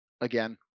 again